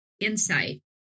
insight